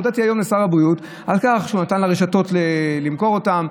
הודיתי היום לשר הבריאות על כך שנתן לרשתות למכור אותן,